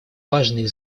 важные